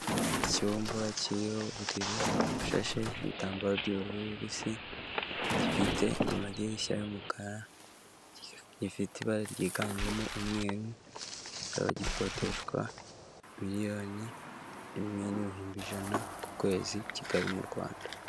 Icyumba kiri uburiri bushashe, ibitambaro by'ubururu bubisi, gifite amadirishya y'umukara, gifite ibara ryiganjemo umweru, kukaba gikodeshwa miriyoni imwe n'ibihumbi ijana ku kwezi i Kigali mu rwanda.